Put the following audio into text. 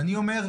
ואני אומר,